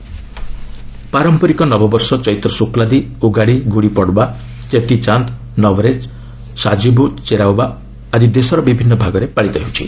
new year ପାରମ୍ପରିକ ନବବର୍ଷ ଚୈତ୍ର ଶୁକ୍ଲାଦି ଉଗାଡ଼ି ଗୁଡ଼ିପଡ଼ବା ଚେତିଚାନ୍ଦ ନବରେହ ଓ ସାଜିବୁ ଚେରାଓବା ଆଜି ଦେଶର ବିଭିନ୍ନ ଭାଗରେ ପାଳିତ ହେଉଛି